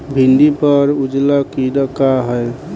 भिंडी पर उजला कीड़ा का है?